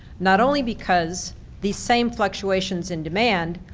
not only because these same fluctuations in demand,